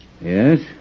Yes